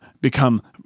become